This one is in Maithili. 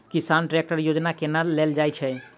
किसान ट्रैकटर योजना केना लेल जाय छै?